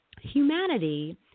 Humanity